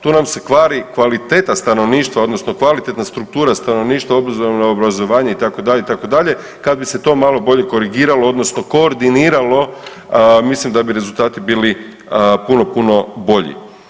Tu nam se kvari kvaliteta stanovništva odnosno kvalitetna struktura stanovništva obzirom na obrazovanje itd., itd., kad bi se to malo bolje korigiralo odnosno koordiniralo mislim da bi rezultati bili puno puno bolji.